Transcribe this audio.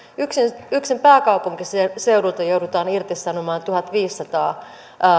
yksin yksin pääkaupunkiseudulta joudutaan irtisanomaan tuhatviisisataa